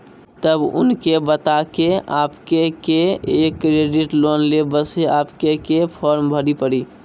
तब उनके बता के आपके के एक क्रेडिट लोन ले बसे आपके के फॉर्म भरी पड़ी?